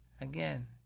again